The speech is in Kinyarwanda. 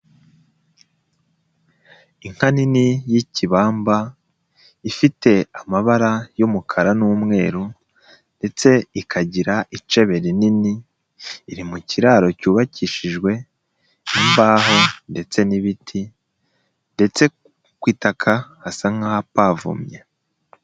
Inka nini y'ikibamba ifite amabara y'umukara n'umweru ndetse ikagira icebe rinini, iri mu kiraro cyubakishijwe imbaho ndetse n'ibiti ndetse ku itaka hasa nk'ahapavomye.